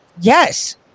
yes